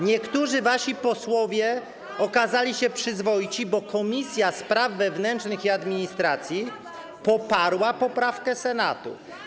Niektórzy wasi posłowie okazali się przyzwoici, bo Komisja Spraw Wewnętrznych i Administracji poparła poprawkę Senatu.